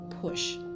push